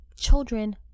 children